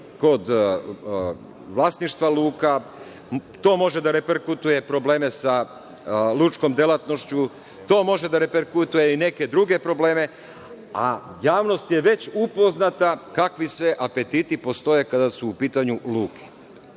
kod vlasništva luka. To može da proizvede probleme i sa lučkom delatnošću, to može da proizvede i neke druge probleme, a javnost je već upoznata kakvi sve apetiti postoje kada su u pitanju luke.